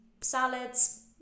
salads